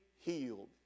healed